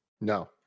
No